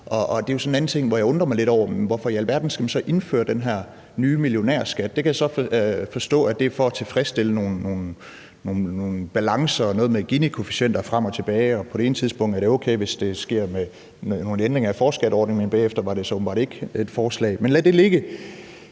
jeg undrer mig lidt over, hvorfor i alverden man så skal indføre den her nye millionærskat. Jeg kan så forstå, at det er for at tilfredsstille nogle balancer og noget med Ginikoefficienter og frem og tilbage, og på det ene tidspunkt er det okay, hvis det sker med nogle ændringer i forskerskatteordningen, men bagefter var det så åbenbart ikke et forslag. Men lad det ligge.